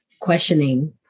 questioning